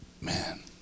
Man